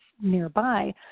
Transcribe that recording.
nearby